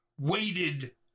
waited